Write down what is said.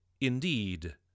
indeed